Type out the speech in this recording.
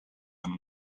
one